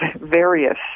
various